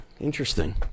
Interesting